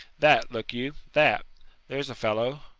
that, look you, that there's a fellow!